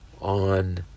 on